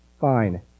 Fine